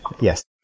yes